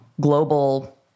global